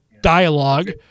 dialogue